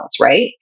Right